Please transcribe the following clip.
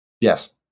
Yes